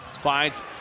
Finds